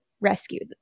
rescued